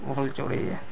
ଭଲ୍ ଚଢ଼େଇଆ